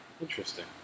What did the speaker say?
Interesting